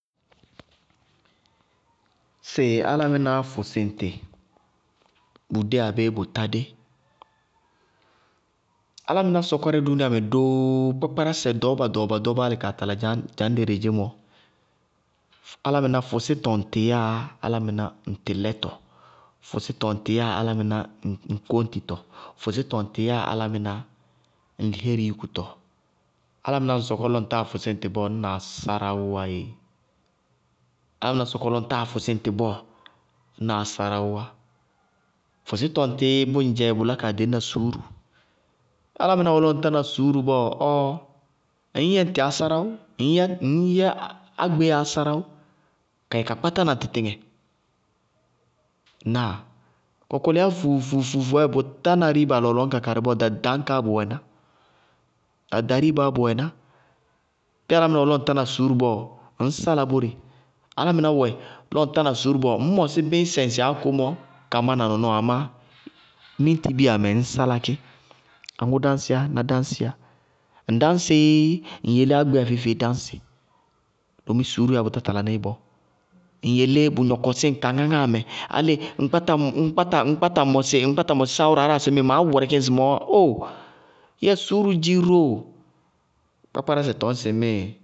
Sɩ álámɩnáá fʋsɩ ŋtɩ, bʋdé abéé bʋ tádé? Álámɩnáá sɔkɔrɛ dúúnia be doo kpákpárásɛ ɖɔɔba ɖɔɔba-ɖɔɔbá, álɩ kaa tala dza ñdɛ ire dedzémɔ, álámɩná ŋ fɛsítɔ ŋtɩ yáa álámɩná ŋtɩ lɛtɔ, fʋsítɔ ŋtɩ yáa álámɩná ŋ kóñtitɔ, fʋsɩtɔ ŋtɩ yáa álámɩná ŋŋlihééri yúkutɔ, álámɩná ñŋ sɔkɔ lɔ ŋtáa fʋsí ŋtɩ bɔɔ ñna ásáráwʋʋ wá ééé. Fʋsítɔ ŋtɩ bʋŋdzɛ bʋ lá kaa ɖeñna suúru, álámɩná wɛ lɔ ŋ tána suúru bɔɔ ɔɔɔɔ ŋñyɛ ŋtɩ ásáráwʋ, ŋñyɛ ágbéya ásáráwʋ kayɛ ka kpátá na ŋ tɩtɩŋɛ, ŋnáa? Kɔkɔlɩyá fuu-fuu-fuu bɔɔyɛ bʋ tána riiba lɔlɔñkaá karɩ bɔɔ ɖaɖañkaá bʋ wɛná, ɖaɖa riibaá bʋ wɛná, bíɩ álámɩná wɛ lɔ ŋ tána suúru bɔɔ ŋñ sála bóre, álámɩná wɛ lɔ ŋ tána suúru bɔɔ, ŋñ mɔsɩ bíñsɛ ŋsɩ áko mɔ ka mána nɔnɔɔ, amá miñtibiya mɛ ŋñ sála kí. Aŋʋ dáñsíyá? Ná dáñsíyá. Ŋ dáñsɩí ŋ yelé ágbéya feé-feé dáñsɩ. Doomi suúruú yáa bʋ tá tala ní bɔɔ, ŋ yelé bʋ gnɔkɔsí ŋ kaŋáŋáa mɛ álɩ ŋ kpáta mɔsɩ sááwʋra aráa sɩŋmíɩ maá wɛrɛkí ŋsɩmɔɔ wá. Óoo! Yɛ suúru dziróo! Kpákpárásɛ tɔñ sɩ ŋmíɩ.